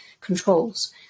controls